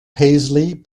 paisley